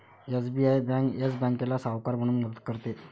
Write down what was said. SBI bank Yes बँकेला सावकार म्हणून मदत करते